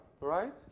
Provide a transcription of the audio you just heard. Right